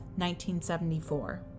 1974